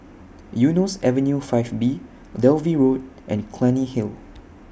Eunos Avenue five B Dalvey Road and Clunny Hill